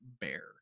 bear